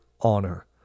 honor